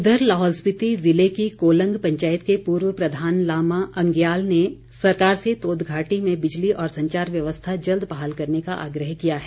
उधर लाहौल स्पीति ज़िले की कोलंग पंचायत के पूर्व प्रधान लामा अंग्याल ने सरकार से तोद घाटी में बिजली और संचार व्यवस्था जल्द बहाल करने का आग्रह किया है